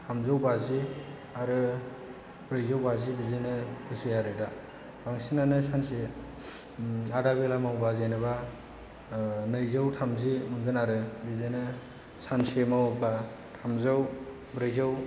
थामजौ बाजि आरो ब्रैजौ बाजि बिदिनो होसोयो आरो दा बांसिनानो सानसे आदाबेला मावबा जेनेबा नैजौ थामजि मोनगोन आरो बिदिनो सानसे मावोब्ला थामजौ ब्रैजौ